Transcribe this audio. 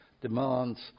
demands